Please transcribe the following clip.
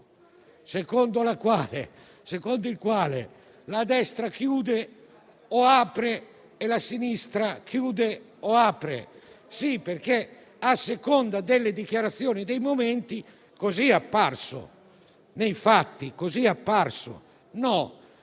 secondo il quale la destra chiude o apre e la sinistra chiude o apre. Sì, perché, a seconda delle dichiarazioni e dei momenti, nei fatti